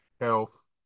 health